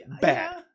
bad